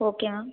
okay ma'am